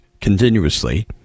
continuously